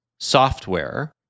software